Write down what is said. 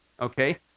okay